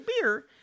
beer